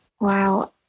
Wow